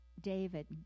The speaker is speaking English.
David